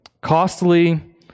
Costly